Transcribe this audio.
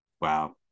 Wow